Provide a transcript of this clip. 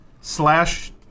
slash